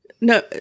No